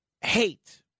hate